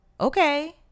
okay